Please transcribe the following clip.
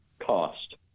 cost